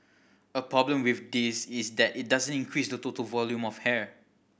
a problem with this is that it doesn't increase the total volume of hair